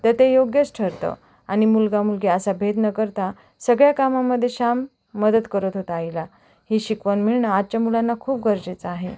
तर ते योग्यच ठरतं आणि मुलगा मुलगी असा भेद न करता सगळ्या कामामध्ये श्याम मदत करत होता आईला ही शिकवण मिळणं आजच्या मुलांना खूप गरजेचं आहे